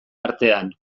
artean